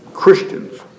Christians